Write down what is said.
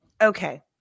Okay